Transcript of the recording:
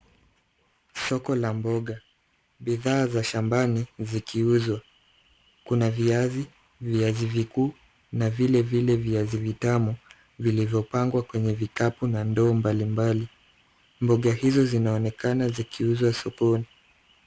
Soko la mboga. Bidhaa za shambani zikiuzwa. Kuna viazi, viazi vikuu na vile vile viazi vitamu vilivyopangwa kwenye vikapu na ndoo mbalimbali. Mboga hizo zinaonekana zikiuzwa sokoni.